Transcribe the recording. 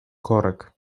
korek